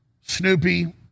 Snoopy